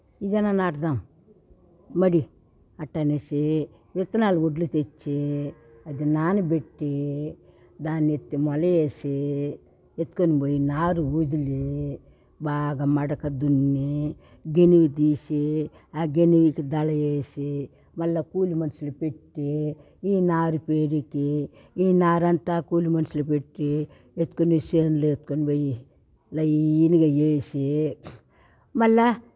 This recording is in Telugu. ఇది అన్న నాటుదాం వరి అట్లా అనేసి విత్తనాలు ఒడ్లు తెచ్చి అది నానబెట్టి దాన్ని ఎత్తి మలవేసి ఎత్తుకొని పోయి నారి వదిలి బాగా మడక దున్ని గెనులు తీసి ఆ గెనికి దళవేసి మళ్ళా కూలి మనుషులను పెట్టి ఈ నారి పెరికి ఈ నార అంతా కూలి మనుషులు పెట్టే ఎత్తుకొని సేనులో ఎత్తుకొని పోయి లైన్గా వేసి మళ్ళా